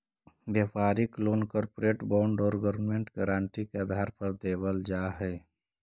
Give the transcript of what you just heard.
व्यापारिक loan corporate bond और government guarantee के आधार पर देवल जा हई